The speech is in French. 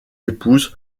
épouse